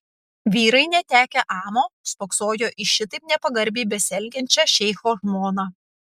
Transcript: vyrai netekę amo spoksojo į šitaip nepagarbiai besielgiančią šeicho žmoną